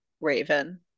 Raven